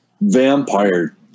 Vampire